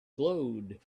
glowed